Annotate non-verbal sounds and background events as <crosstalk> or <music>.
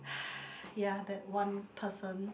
<breath> yeah that one person